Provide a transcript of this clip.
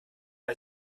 bei